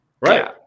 right